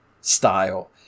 style